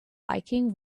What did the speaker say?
biking